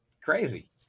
Crazy